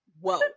Whoa